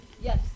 Yes